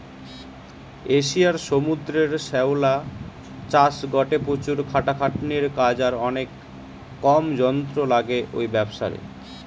এশিয়ার সমুদ্রের শ্যাওলা চাষ গটে প্রচুর খাটাখাটনির কাজ আর অনেক কম যন্ত্র লাগে ঔ ব্যাবসারে